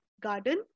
garden